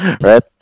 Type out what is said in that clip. Right